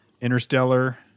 Interstellar